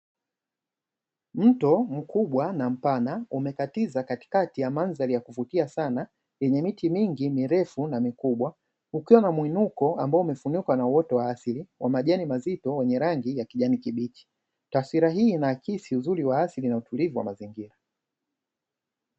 Mto mkubwa na mpana umekatiza katikati ya mandhari ya kuvutia sana yenye miti mingi mirefu na mikubwa, ukiwa na mwinuko ambao umefunikwa na uoto wa asili wa majani mazito wenye rangi ya kijani kibichi, taswira hii inaakisi uzuri wa asili na utulivu wa mazingira.